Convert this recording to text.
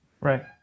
Right